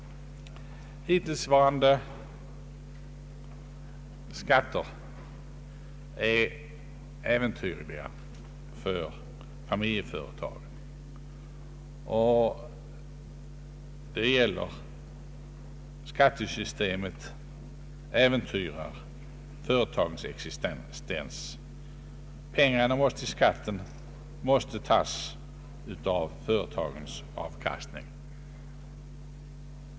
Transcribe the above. Hittillsvarande skatter är äventyrliga för familjeföretagens existens. Pengarna till skatten måste tas av företagens avkastning.